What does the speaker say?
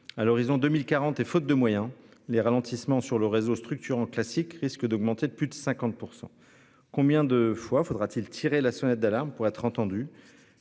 à l'horizon 2040 et faute de moyens, les ralentissements sur le réseau structurant classique risquent d'augmenter de plus de 50%. Combien de fois faudra-t-il tirer la sonnette d'alarme pour être entendu,